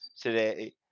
today